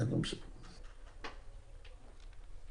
הישיבה ננעלה בשעה 15:00.